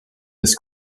his